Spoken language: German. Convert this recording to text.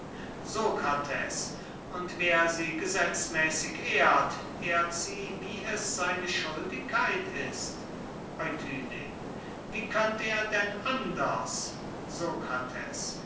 sokrates und wer sie gesetzmäßig ehrt ehrt sie wie es seine schuldigkeit ist euthydem wie könnt er denn anders sokrates